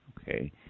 Okay